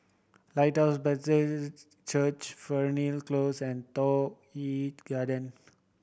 Lighthouse Church Fernhill Close and Toh Yi Garden